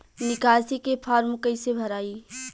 निकासी के फार्म कईसे भराई?